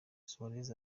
suarez